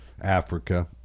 Africa